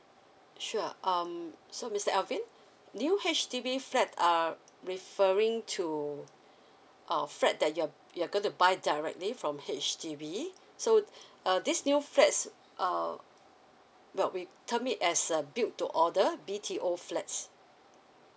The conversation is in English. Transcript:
sure um so mister alvin new H_D_B flat are referring to a flat that you're you're going to buy directly from H_D_B so uh this new flats uh well we term it as a build to order B_T_O flats